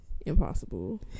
impossible